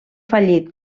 fallit